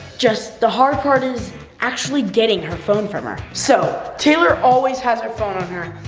just the hard part is actually getting her phone from her. so, taylor always has her phone on her.